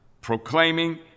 proclaiming